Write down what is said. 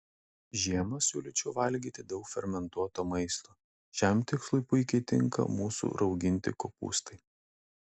žiemą siūlyčiau valgyti daug fermentuoto maisto šiam tikslui puikiai tinka mūsų rauginti kopūstai